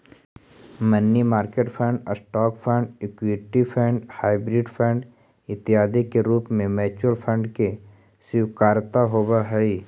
money market fund, stock fund, equity fund, hybrid fund इत्यादि के रूप में म्यूचुअल फंड के स्वीकार्यता होवऽ हई